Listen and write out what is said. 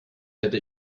hätte